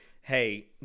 hey